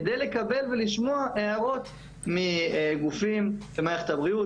כדי לקבל ולשמוע הערות מגופים במערכת הבריאות,